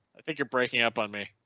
i think you're breaking up on main.